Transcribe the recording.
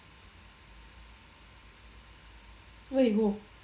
where he go